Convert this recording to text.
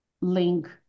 link